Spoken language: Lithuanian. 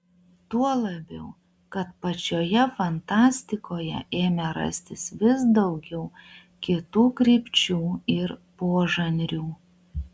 tuo labiau kad pačioje fantastikoje ėmė rastis vis daugiau kitų krypčių ir požanrių